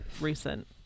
recent